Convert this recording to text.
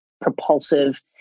propulsive